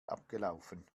abgelaufen